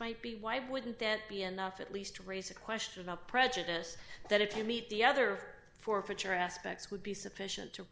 might be why wouldn't that be enough at least to raise a question of prejudice that if you meet the other forfeiture aspects would be sufficient to